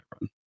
run